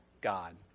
God